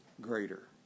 greater